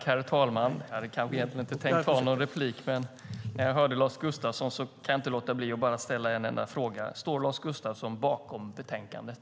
Herr talman! Jag hade egentligen inte tänkt begära någon replik, men när jag hörde Lars Gustafsson kan jag inte låta bli att ställa en enda fråga. Står Lars Gustafsson bakom betänkandet?